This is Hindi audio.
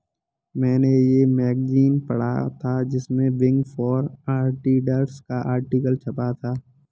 मेने ये मैगज़ीन पढ़ा था जिसमे बिग फॉर ऑडिटर्स का आर्टिकल छपा था